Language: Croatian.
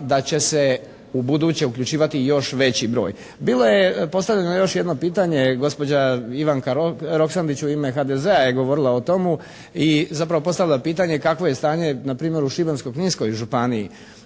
da će se ubuduće uključivati i još veći broj. Bilo je postavljeno još jedno pitanje. Gospođa Ivanka Roksandić u ime HDZ-a je govorila o tomu i zapravo postavila pitanje kakvo je stanje na primjer u Šibensko-Kninskoj županiji.